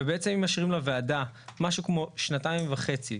ובעצם אם משאירים לוועדה משהו כמו שנתיים וחצי.